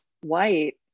white